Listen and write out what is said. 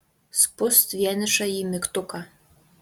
spust vienišąjį mygtuką